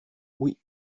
oui